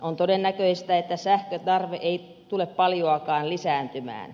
on todennäköistä että sähkön tarve ei tule paljoakaan lisääntymään